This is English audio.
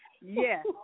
Yes